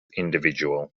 individual